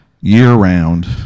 year-round